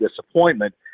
disappointment